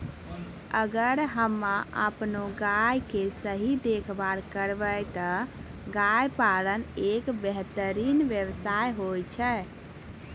अगर हमॅ आपनो गाय के सही देखभाल करबै त गाय पालन एक बेहतरीन व्यवसाय होय छै